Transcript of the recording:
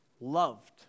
loved